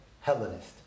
Hellenist